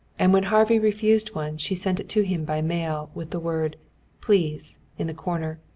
and when harvey refused one she sent it to him by mail, with the word please in the corner.